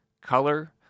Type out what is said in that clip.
color